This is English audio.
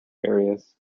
areas